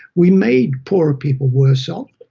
we made poorer people worse off,